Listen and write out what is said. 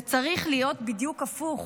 זה צריך להיות בדיוק הפוך.